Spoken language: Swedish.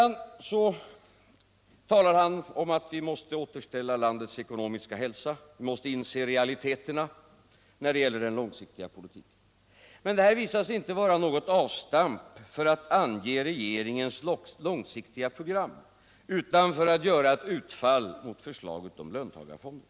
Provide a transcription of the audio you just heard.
Gösta Bohman talar vidare om att vi måste återställa landets ekonomiska hälsa och att vi måste inse realiteterna när det gäller den långsiktiga politiken. Men det uttalandet visar sig inte innebära något avstamp för att ange regeringens långsiktiga program, utan det används för att göra ett utfall mot förslaget om löntagarfonder.